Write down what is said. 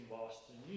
Boston